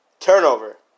Turnover